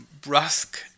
brusque